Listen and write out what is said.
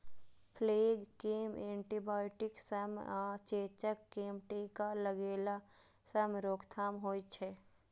plague कें antibiotic सं आ चेचक कें टीका लगेला सं रोकथाम होइ छै